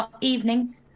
Evening